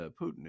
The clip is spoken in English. putin